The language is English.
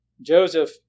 Joseph